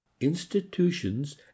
institutions